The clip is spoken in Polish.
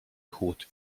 chłód